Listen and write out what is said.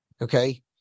okay